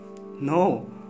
No